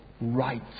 right